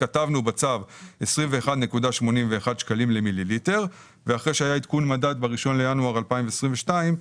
כתבנו בצו 21.81 שקלים למיליליטר ואחרי שהיה עדכון מדד ב-1 בינואר 2022,